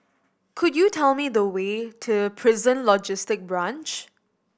could you tell me the way to Prison Logistic Branch